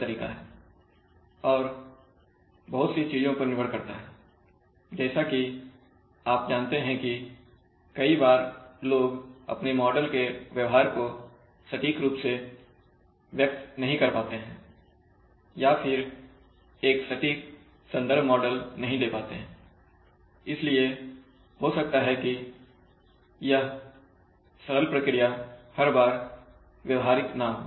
तो ऐसा है कि यह चीजों को करने का बहुत ही सरल तरीका है और बहुत सी चीजों पर निर्भर करता है जैसे कि आप जानते हैं कि कई बार लोग अपने मॉडल के व्यवहार को सटीक रूप से व्यक्त नहीं कर पाते हैं या फिर एक सटीक संदर्भ मॉडल नहीं दे पाते हैं इसलिए हो सकता है कि यह सरल प्रक्रिया हर बार व्यवहारिक ना हो